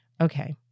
Okay